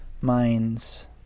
minds